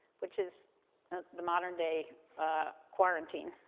which is the modern day quarantine.